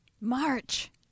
March